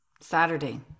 Saturday